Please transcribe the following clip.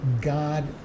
God